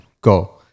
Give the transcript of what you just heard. Go